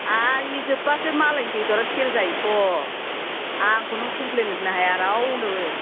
आंनि जोबबासो मालायनि बेदरआ सेल जायोथ' आंखौ नों खमप्लेन होनो हाया रावनोबो